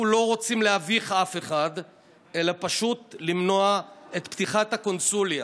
אנחנו לא רוצים להביך אף אחד אלא פשוט למנוע את פתיחת הקונסוליה.